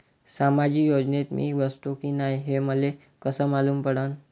सामाजिक योजनेत मी बसतो की नाय हे मले कस मालूम पडन?